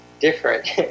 different